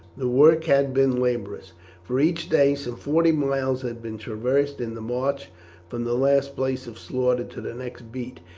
the work had been laborious for each day some forty miles had been traversed in the march from the last place of slaughter to the next beat,